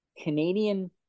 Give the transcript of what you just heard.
Canadian